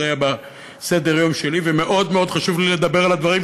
זה היה בסדר-היום שלי ומאוד מאוד חשוב לי לדבר על הדברים,